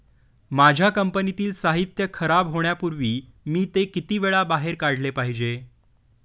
माझ्या कंपनीतील साहित्य खराब होण्यापूर्वी मी ते किती वेळा बाहेर काढले पाहिजे?